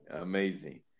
Amazing